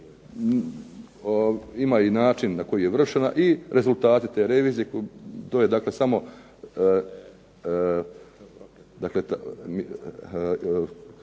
ima i način na koji je vršena i rezultati te revizije. To je dakle samo